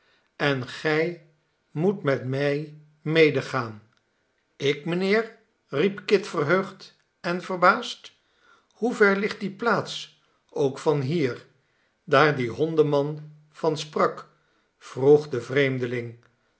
en gij moet met mij medegaan ik mijnheer riep kit verheugd en verbaasd hoever ligt die plaats ook van hier daar die hondenman van sprak vroeg de vreemdeling